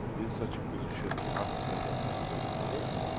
in such a position to have ten legs, and twenty foot,